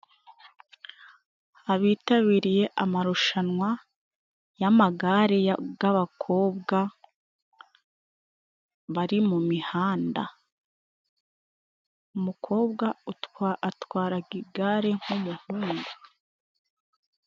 Abitabiriye amarushanwa yamagare g'abakobwa, bari mu mihanda. Umukobwa atwaraga igare nk'umuhungu.